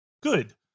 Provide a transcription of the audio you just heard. good